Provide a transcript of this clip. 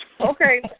Okay